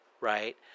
Right